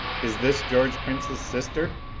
is this george prince's sister?